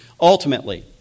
ultimately